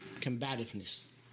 Combativeness